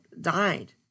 died